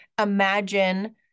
imagine